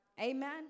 Amen